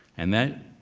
and that,